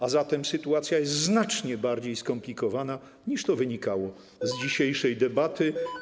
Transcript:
A zatem sytuacja jest znacznie bardziej skomplikowana, niż wynikało to z dzisiejszej debaty.